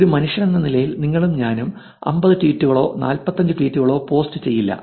ഒരു മനുഷ്യനെന്ന നിലയിൽ നിങ്ങളും ഞാനും 50 ട്വീറ്റുകളോ 45 ട്വീറ്റുകളോ പോസ്റ്റുചെയ്യില്ല